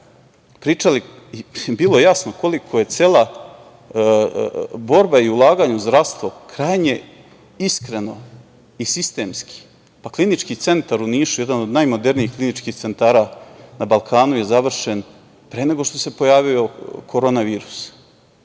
kraja bilo jasno koliko je cela borba i ulaganje u zdravstvo krajnje iskreno i sistemski, Klinički centar u Nišu, jedan od najmodernijih kliničkih centara na Balkanu, je završen pre nego što se pojavio korona